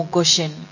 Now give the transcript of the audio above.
Goshen